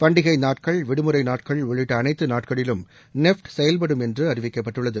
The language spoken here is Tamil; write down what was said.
பண்டிகை நாட்கள் விடுமுறை நாட்கள் உள்ளிட்ட அனைத்து நாட்களிலும் நெஃப்ட் செயல்படும் என்று அறிவிக்கப்பட்டுள்ளது